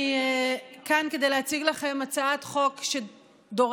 אני כאן כדי להציג לכם הצעת חוק שדורשת